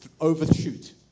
overshoot